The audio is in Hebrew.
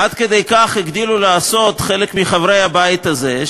עד כדי כך הגדילו לעשות חלק מחברי הבית הזה,